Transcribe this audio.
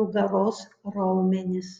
nugaros raumenis